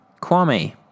Kwame